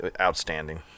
outstanding